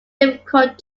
difficult